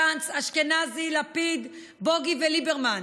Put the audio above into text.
גנץ, אשכנזי, לפיד, בוגי וליברמן